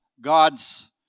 God's